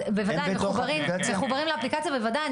אז בוודאי הם מחוברים לאפליקציה בוודאי,